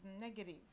negative